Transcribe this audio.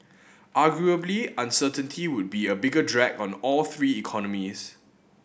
arguably uncertainty would be a bigger drag on all three economies